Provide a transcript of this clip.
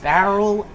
Barrel